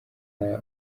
ubu